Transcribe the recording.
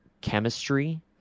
chemistry